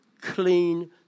clean